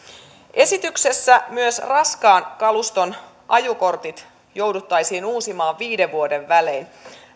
esityksessä myös raskaan kaluston ajokortit jouduttaisiin uusimaan viiden vuoden välein